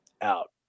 out